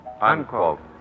unquote